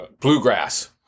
bluegrass